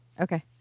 Okay